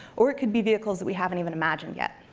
or it could be vehicles that we haven't even imagined yet.